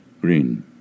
Green